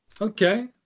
Okay